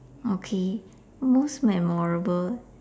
okay most memorable